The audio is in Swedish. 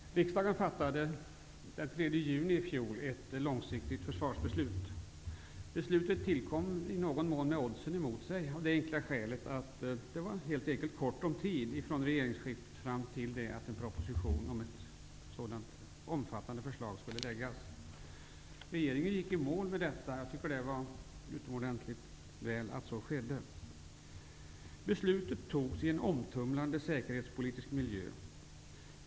Fru talman! Riksdagen fattade den 3 juni i fjol ett långsiktigt försvarsbeslut. Beslutet tillkom i någon mån med oddsen emot sig, av det enkla skälet att det var ont om tid från regeringsskiftet fram till dess att en proposition om ett sådant omfattande förslag skulle läggas fram. Regeringen gick i mål med detta, och jag tycker att det var utomordentligt väl att så skedde. Beslutet togs i en omtumlande säkerhetspolitisk miljö.